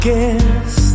Guess